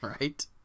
Right